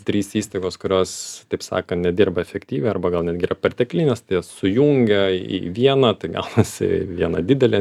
trys įstaigos kurios taip sakant nedirba efektyviai arba gal netgi yra perteklinės tai jas sujungia į vieną tai gaunasi viena didelė